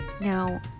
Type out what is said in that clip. Now